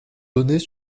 donnés